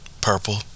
purple